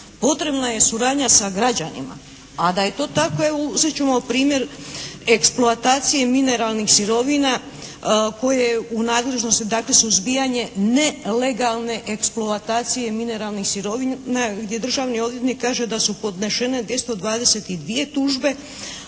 Potrebna je suradnja sa građanima. A da je to tako evo uzet ćemo primjer eksploatacije mineralnih sirovina koje je u nadležnosti dakle suzbijanje nelegalne eksploatacije mineralnih sirovina gdje državni odvjetnik kaže da su podnešene 222 tužbe